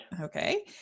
Okay